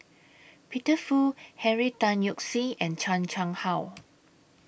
Peter Fu Henry Tan Yoke See and Chan Chang How